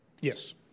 Yes